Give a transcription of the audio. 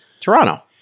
Toronto